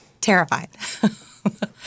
Terrified